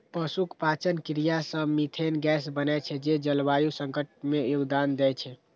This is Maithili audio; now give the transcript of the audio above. पशुक पाचन क्रिया सं मिथेन गैस बनै छै, जे जलवायु संकट मे योगदान दै छै